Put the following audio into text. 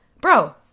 bro